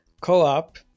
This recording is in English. co-op